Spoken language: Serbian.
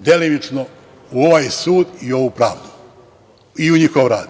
delimično, u ovaj sud i ovu pravdu i u njihov rad.